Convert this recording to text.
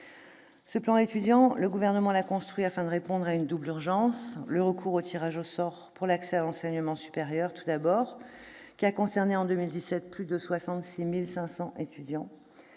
Ce plan Étudiants, le Gouvernement l'a construit afin de répondre à une double urgence : d'une part, le recours au tirage au sort pour l'accès à l'enseignement supérieur, qui a concerné en 2017 plus de 66 500 étudiants